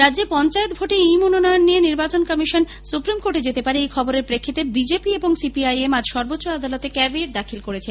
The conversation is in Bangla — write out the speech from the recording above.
রাজ্যে পঞ্চায়েত ভোটে ই মনোনয়ন নিয়ে নির্বাচন কমিশন সুপ্রিম কোর্টে যেতে পারে এই খবরের প্রেক্ষিতে বিজেপি এবং সিপিআইএম আজ সর্বোচ্চ আদালতে ক্যাভিয়েট দাখিল করেছে